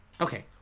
Okay